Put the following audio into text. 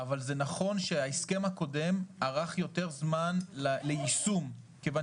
אבל זה נכון שההסכם הקודם ארך יותר זמן ליישום כיוון